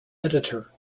editor